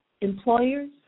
employers